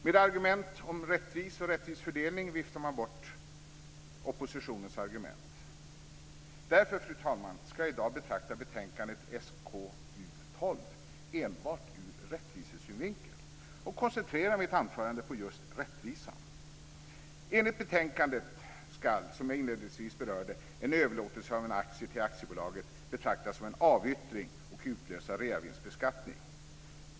Med påståenden om rättvisa och rättvis fördelning viftar man bort oppositionens argument. Därför, fru talman, ska jag i dag betrakta betänkandet SkU12 enbart ur rättvisesynvinkel och koncentrera mitt anförande just på rättvisan. Enligt betänkandet ska, som jag inledningsvis berörde, en överlåtelse av en aktie till aktiebolaget betraktas som en avyttring och utlösa reavinstbeskattning.